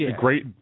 great